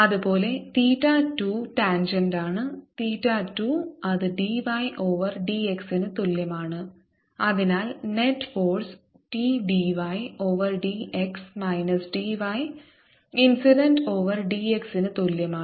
അതുപോലെ തീറ്റ 2 ടാൻജെന്റാണ് തീറ്റ 2 അത് dy ഓവർ dx ന് തുല്യമാണ് അതിനാൽ net force t dy over dx minus d y incident over dx ന് തുല്യമാണ്